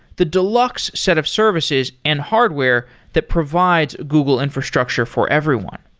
the deluxe set of services and hardware that provides google infrastructure for everyone.